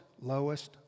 lowest